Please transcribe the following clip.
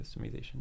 customization